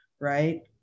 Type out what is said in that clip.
right